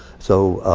so,